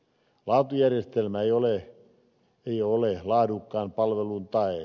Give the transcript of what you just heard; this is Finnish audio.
laatujärjestelmä ei ole laadukkaan palvelun tae